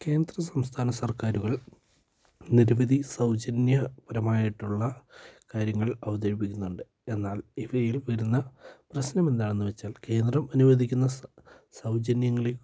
കേന്ദ്ര സംസ്ഥാന സർക്കാരുകൾ നിരവധി സൗജന്യപരമായിട്ടുള്ള കാര്യങ്ങൾ അവതരിപ്പിക്കുന്നുണ്ട് എന്നാൽ ഇവയിൽ വരുന്ന പ്രശ്നം എന്താണെന്ന് വച്ചാൽ കേന്ദ്രം അനുവദിക്കുന്ന സൗജന്യങ്ങളിൽ